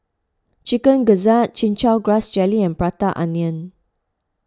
Chicken Gizzard Chin Chow Grass Jelly and Prata Onion